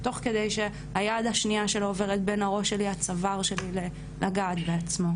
תוך כדי שהיד השנייה שלו עוברת בין הראש שלי לצוואר שלי לגעת בעצמו